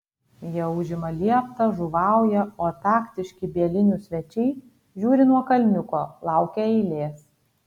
jie užima lieptą žuvauja o taktiški bielinių svečiai žiūri nuo kalniuko laukia eilės